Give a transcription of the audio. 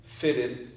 fitted